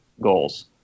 Goals